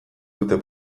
dute